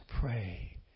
pray